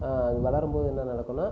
அது வளரும்போது என்ன நடக்குன்னால்